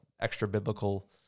extra-biblical